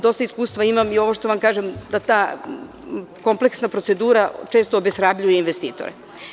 Dosta iskustva imam i ovo što vam kažem da ta kompleksna procedura često obeshrabruje investitore.